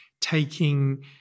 taking